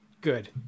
good